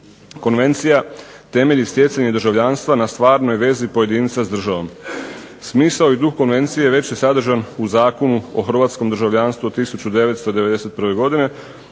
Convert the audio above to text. Konvencija temelji stjecanje državljanstva na stvarnoj vezi pojedinca s državom. Smisao i duh konvencije već je sadržan u Zakonu o hrvatskom državljanstvu 1991. godine.